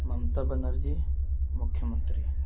ممتا بنرجی مکھیہ منتری